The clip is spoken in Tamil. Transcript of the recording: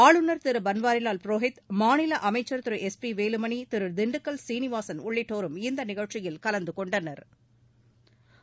ஆளுநர் திரு பன்வாரிலால் புரோகித் மாநில அமைச்சர் திரு எஸ் பி வேலுமணி திரு திண்டுக்கல் சீனிவாசன் உள்ளிட்டோரும் இந்த நிகழ்ச்சியில் கலந்துகொண்டனா